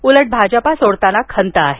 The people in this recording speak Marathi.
उलट भाजपा सोडताना खंत आहे